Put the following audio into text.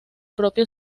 propio